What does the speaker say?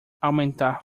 aumentar